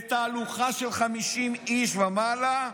ותהלוכה של 50 איש ומעלה,